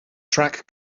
track